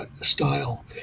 style